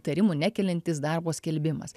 įtarimų nekeliantis darbo skelbimas